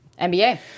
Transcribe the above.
NBA